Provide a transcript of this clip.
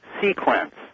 Sequence